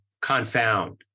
confound